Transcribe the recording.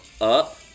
up